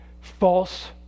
false